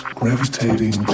gravitating